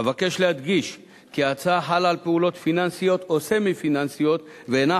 אבקש להדגיש כי ההצעה חלה על פעולות פיננסיות או סמי-פיננסיות ואינה